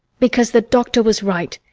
because, the doctor was right,